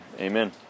Amen